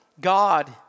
God